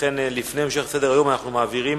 לכן לפני המשך סדר-היום אנחנו מעבירים